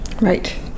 Right